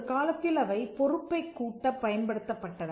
ஒரு காலத்தில் அவை பொறுப்பைக் கூட்ட பயன்படுத்தப்பட்டன